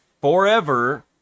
forever